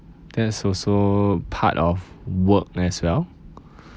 that's also part of work as well